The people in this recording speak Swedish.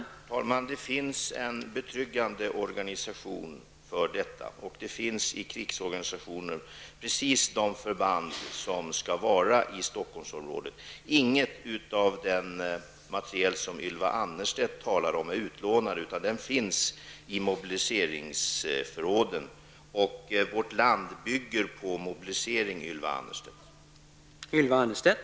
Herr talman! Det finns en betryggande organisation för detta. I krigsorganisationen finns precis de förband som behövs i Stockholmsområdet. Ingenting av den materiel som Ylva Annerstedt talar om är utlånad. Den finns i mobiliseringsförråden. Vårt lands försvar bygger på mobilisering, Ylva Annerstedt.